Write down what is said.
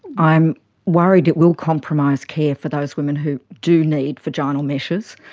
i'm worried it will compromise care for those women who do need vaginal meshes,